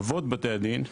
אבות בתי הדין,